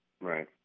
Right